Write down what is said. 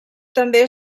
també